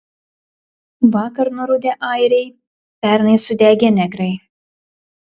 vakar nurudę airiai pernai sudegę negrai